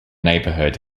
neighbourhood